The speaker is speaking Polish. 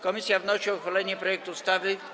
Komisja wnosi o uchylenie projektu ustawy.